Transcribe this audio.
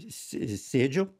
sė sėdžiu